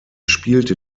spielte